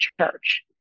church